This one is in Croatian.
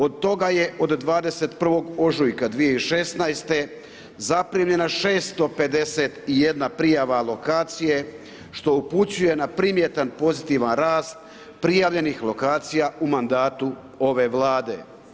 Od toga je od 21. ožujka 2016. zaprimljena 651 prijava alokacije, što upućuje na primjetan pozitivan rast prijavljenih lokacija u mandatu ove Vlade.